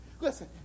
Listen